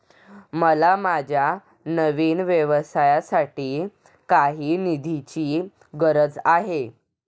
मला माझ्या नवीन व्यवसायासाठी काही निधीची गरज आहे